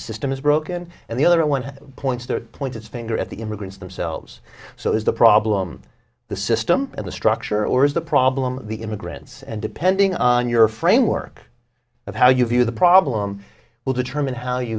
system is broken and the other one points the pointed finger at the immigrants themselves so is the problem the system and the structure or is the problem the immigrants and depending on your framework of how you view the problem will determine how you